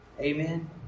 Amen